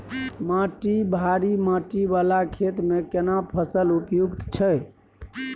माटी भारी माटी वाला खेत में केना फसल उपयुक्त छैय?